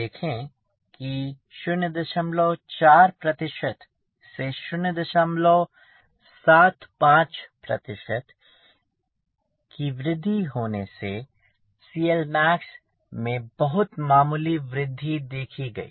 देखें कि 04 से 075 की वृद्धि होने से CLmax में बहुत मामूली वृद्धि देखी गई